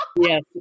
Yes